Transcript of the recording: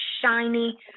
shiny